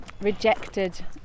rejected